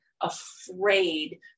afraid